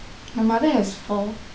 my mother has four